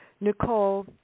Nicole